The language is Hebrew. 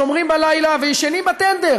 שומרים בלילה וישנים בטנדר,